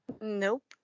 Nope